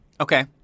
Okay